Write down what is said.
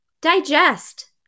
digest